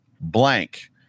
blank